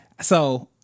So-